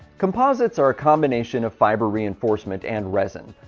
composites are a combination of fiber reinforcement and resin.